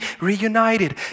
reunited